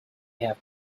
have